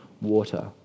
water